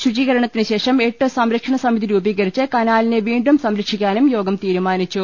ശുചീകരണത്തി നുശേഷം എട്ടു സംരക്ഷണ സമിതി രൂപീകരിച്ച് കനാലിനെ വീണ്ടും സംര ക്ഷിക്കാനും യോഗം തീരുമാനിച്ചു